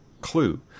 Clue